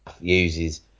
uses